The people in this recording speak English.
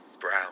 brown